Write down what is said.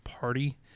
party